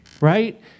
right